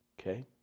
okay